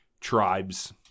tribes